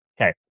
Okay